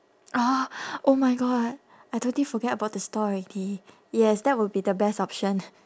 ah oh my god I totally forget about the store already it yes that will be the best option